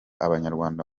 abanyarwanda